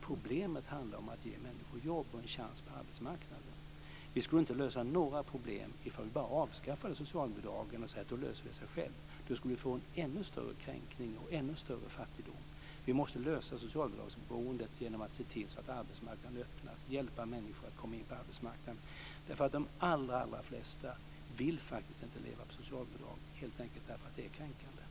Problemen handlar om att ge människor jobb och en chans på arbetsmarknaden. Vi skulle inte lösa några problem om vi bara avskaffade socialbidragen och säger att det löser sig självt. Då skulle vi få en ännu större kränkning och en ännu större fattigdom. Vi måste lösa socialbidragsberoende genom att se till så att arbetsmarknaden öppnas och hjälpa människor att komma in på arbetsmarknaden. De allra flesta vill faktiskt inte leva på socialbidrag helt enkelt därför att det är kränkande.